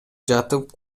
жатып